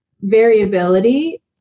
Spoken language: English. variability